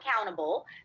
accountable